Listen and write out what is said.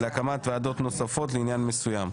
הקמת ועדות נוספות לעניין מסוים.